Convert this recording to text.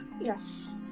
Yes